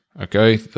Okay